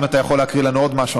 אם אתה יכול להקריא לנו עוד משהו.